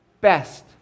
best